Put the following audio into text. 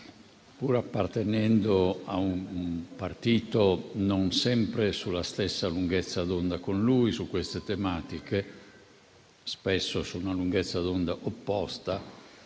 pur appartenendo a un partito non sempre sulla stessa lunghezza d'onda con lui su queste tematiche, spesso su una lunghezza d'onda opposta,